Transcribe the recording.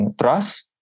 trust